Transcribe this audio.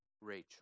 Rachel